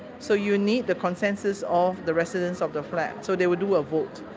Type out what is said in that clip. so you need the consensus of the residents of the flats. so they will do a vote.